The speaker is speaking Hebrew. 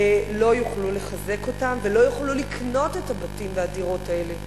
לא יוכלו לחזק אותם והם לא יוכלו לקנות את הבתים והדירות האלה.